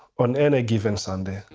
on any given sunday,